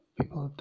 people